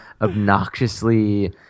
obnoxiously